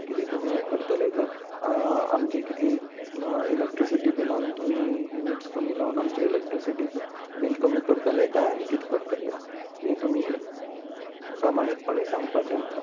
कितें तुमी हें करतले जर आमचे कितें इलेक्ट्रिसिटी बिलान तुमी युनिट्स कमी लावन आमचे इलेक्ट्रिसिटी बील कमी करतले काय आनी किते करतले हें तुमी प्रमाणीकपणे सांगपाचें आमकां